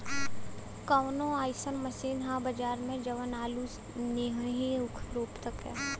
कवनो अइसन मशीन ह बजार में जवन आलू नियनही ऊख रोप सके?